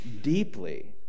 deeply